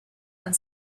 han